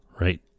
right